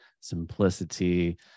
simplicity